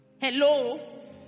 hello